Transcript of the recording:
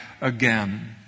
again